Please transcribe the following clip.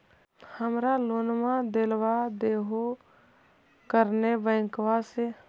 हमरा लोनवा देलवा देहो करने बैंकवा से?